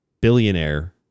billionaire